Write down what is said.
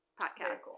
Podcast